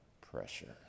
pressure